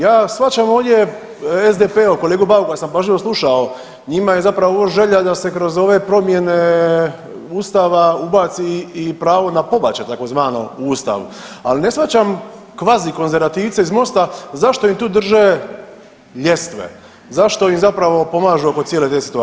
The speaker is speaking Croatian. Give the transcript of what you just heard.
Ja shvaćam ovdje SDP, evo kolegu Bauka sam pažljivo slušao, njima je zapravo ovo želja da se kroz ove promjene ustava ubaci i pravo na pobačaj tzv. u ustav, al ne shvaćam kvazi konzervativce iz Mosta zašto im tu drže ljestve, zašto im zapravo pomažu oko cijele te situacije?